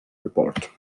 report